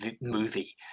movie